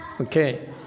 Okay